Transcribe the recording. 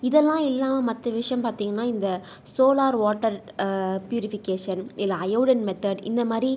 இதெல்லாம் இல்லாமல் மற்ற விஷயம் பார்த்தீங்கன்னா இந்த சோலார் வாட்டர் பியூரிஃபிகேஷன் இல்லை அயோடின் மெத்தேட் இந்த மாதிரி